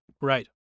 Right